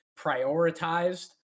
prioritized